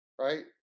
right